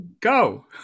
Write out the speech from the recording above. Go